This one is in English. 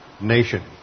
nation